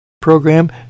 program